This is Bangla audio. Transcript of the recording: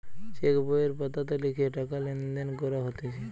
চেক বইয়ের পাতাতে লিখে টাকা লেনদেন করা হতিছে